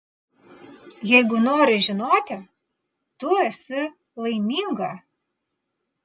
jeigu nori žinoti tu esi laiminga